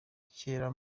cyera